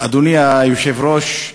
אדוני היושב-ראש,